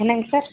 என்னங்க சார்